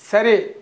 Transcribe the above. சரி